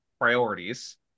priorities